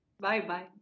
Bye-bye